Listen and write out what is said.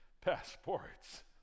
passports